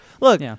Look